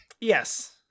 Yes